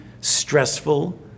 stressful